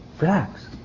Relax